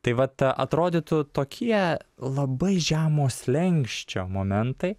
tai vat atrodytų tokie labai žemo slenksčio momentai